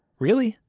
really?